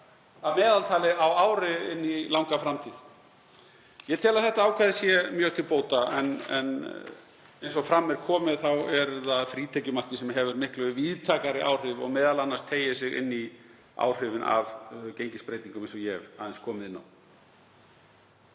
að meðaltali á ári inn í langa framtíð. Ég tel að þetta ákvæði sé mjög til bóta en eins og fram er komið þá er það frítekjumarkið sem hefur miklu víðtækari áhrif og teygir sig m.a. inn í áhrifin af gengisbreytingum eins og ég hef aðeins komið inn á.